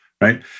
right